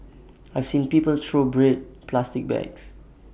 I've seen people throw bread plastic bags